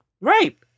Right